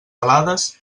alades